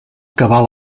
cavar